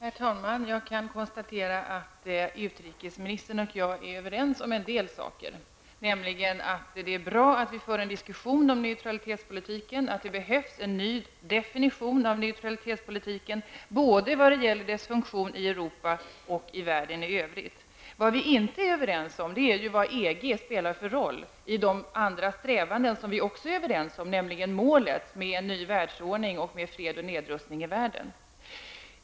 Herr talman! Jag kan konstatera att utrikesministern och jag är överens om en del saker, nämligen att det är bra att vi för en diskussion om neutralitetspolitiken och att det behövs en ny definition av neutralitetspolitiken, både i vad gäller dess funktion i Europa och i världen i övrigt. Vi är inte överens om vad EG har för roll i de andra strävanden som vi är överens om, nämligen målet med en ny världsordning med fred och nedrustning i världen.